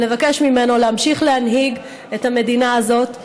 ונבקש ממנו להמשיך להנהיג את המדינה הזאת,